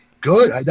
good